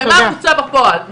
ומה בוצע בפועל.